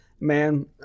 Man